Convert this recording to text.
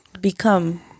become